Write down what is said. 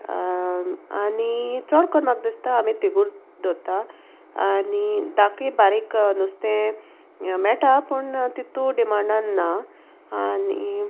आनी चोड कोन्न् म्हाका दिसता आमी तिगूर दोत्ता आनी दाकलीं बारीक नुस्तें मेळटा पूण तितू डिमांडान ना आनी